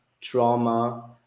trauma